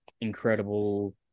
incredible